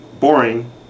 Boring